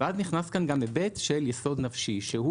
ואז נכנס כאן גם היבט של יסוד נפשי שהוא,